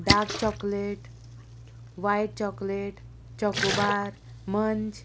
dark chocolate white chocolate choco bar munch